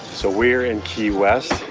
so, we're in key west.